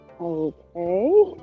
Okay